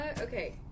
Okay